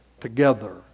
together